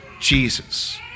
Jesus